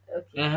okay